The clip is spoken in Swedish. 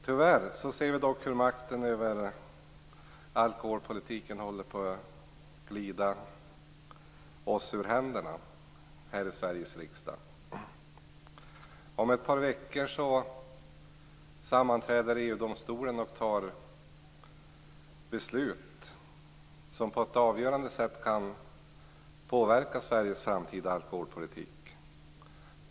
Tyvärr ser vi hur makten över alkoholpolitiken håller på att glida oss ur händerna här i Sveriges riksdag. Om ett par veckor sammanträder EU-domstolen och fattar beslut som på ett avgörande sätt kan påverka Sveriges framtida alkoholpolitik.